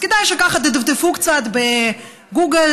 כדאי שתדפדפו קצת בגוגל,